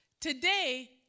today